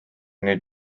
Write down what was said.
nüüd